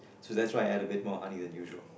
so that's why I add a bit more honey than usual